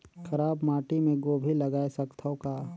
खराब माटी मे गोभी जगाय सकथव का?